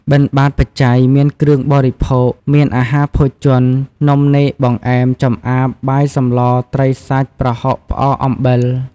បិណ្ឌបាត្របច្ច័យ មានគ្រឿងបរិភោគ មានអាហារភោជន នំនែក បង្អែម ចំអាប បាយ សម្ល ត្រី សាច់ ប្រហុក ផ្អក អំបិល។